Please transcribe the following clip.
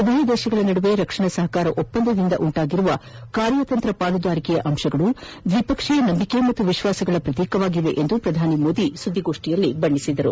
ಉಭಯ ದೇಶಗಳ ನಡುವೆ ರಕ್ಷಣಾ ಸಹಕಾರ ಒಪ್ಪಂದದಿಂದ ಉಂಟಾಗಿರುವ ಕಾರ್ಯತಂತ್ರ ಪಾಲುದಾರಿಕೆಯ ಅಂಶಗಳು ದ್ವಿಪಕ್ಷೀಯ ನಂಬಿಕೆ ಮತ್ತು ವಿಶ್ವಾಸಗಳ ಪ್ರತೀಕವಾಗಿದೆ ಎಂದು ಪ್ರಧಾನಿ ಮೋದಿ ಸುದ್ವಿಗೋಷ್ಯಯಲ್ಲಿ ಬಣ್ಣೆಸಿದರು